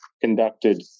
conducted